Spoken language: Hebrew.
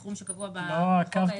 הצבעה לא אושר לא התקבל.